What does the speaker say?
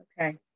Okay